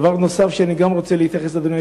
דבר נוסף שגם אני רוצה להתייחס אליו,